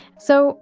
so